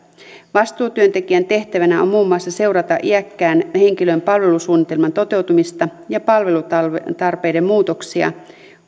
vastuutyöntekijän tehtävänä on muun muassa seurata iäkkään henkilön palvelusuunnitelman toteutumista ja palvelutarpeiden muutoksia